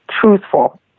truthful